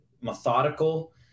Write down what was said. methodical